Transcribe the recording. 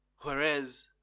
Whereas